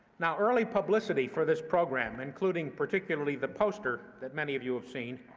now, early publicity for this program, including particularly the poster that many of you have seen,